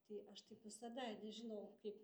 tai aš taip visada nežinau kaip